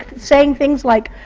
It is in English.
saying things like,